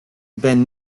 been